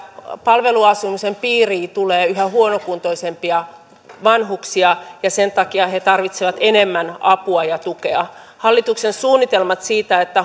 palveluasumisen piiriin tulee yhä huonokuntoisempia vanhuksia ja sen takia he tarvitsevat enemmän apua ja tukea hallituksen suunnitelmat siitä että